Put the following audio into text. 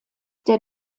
der